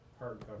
hardcover